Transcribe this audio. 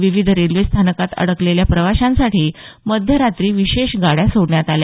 विविध रेल्वेस्थानकात अडकलेल्या प्रवाशांसाठी मध्यरात्री विशेष गाड्या सोडण्यात आल्या